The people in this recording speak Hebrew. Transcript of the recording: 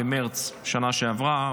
במרץ בשנה שעברה,